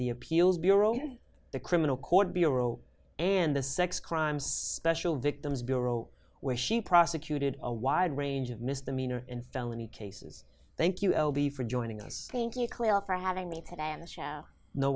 the appeals bureau in the criminal court bureau and the sex crimes sessional victims bureau where she prosecuted a wide range of misdemeanor and felony cases thank you l b for joining us